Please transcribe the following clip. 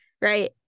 right